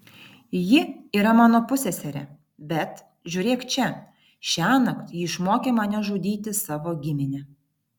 ji yra mano pusseserė bet žiūrėk čia šiąnakt ji išmokė mane žudyti savo giminę